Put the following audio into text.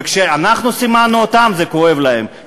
וכשאנחנו סימנו אותם זה כואב להם.